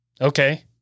Okay